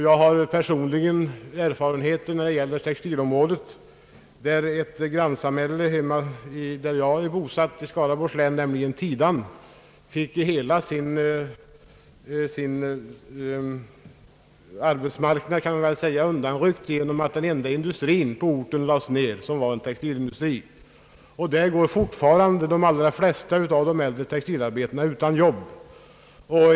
Jag har personligen erfarenheter från textilområdet. Ett samhälle i Skaraborgs län, där jag är bosatt, nämligen Tidan, fick hela sin arbetsmarknad raserad genom att den enda industrin på orten lades ned. Det var en textilindustri. I Tidan går fortfarande de allra flesta av de äldre textilarbetarna utan jobb.